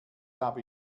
habe